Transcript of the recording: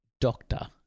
doctor